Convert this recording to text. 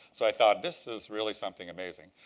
so i thought this is really something amazing.